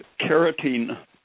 Carotene